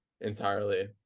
entirely